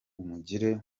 umugire